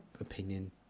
opinion